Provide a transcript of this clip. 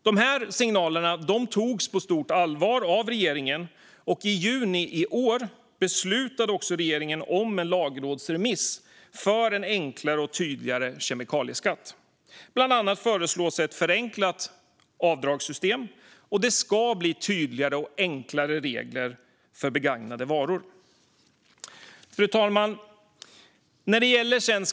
Dessa signaler togs på stort allvar av regeringen, och i juni i år beslutade regeringen om en lagrådsremiss gällande en enklare och tydligare kemikalieskatt. Bland annat föreslås ett förenklat avdragssystem, och det ska bli tydligare och enklare regler för begagnade varor. Fru talman!